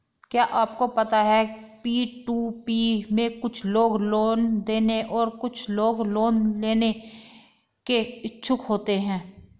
क्या आपको पता है पी.टू.पी में कुछ लोग लोन देने और कुछ लोग लोन लेने के इच्छुक होते हैं?